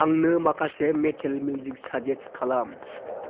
आंनो माखासे metal music suggest खालाम